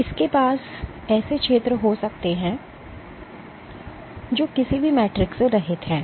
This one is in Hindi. इसके पास ऐसे क्षेत्र हो सकते हैं जो किसी भी मैट्रिक्स से रहित हैं